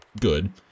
good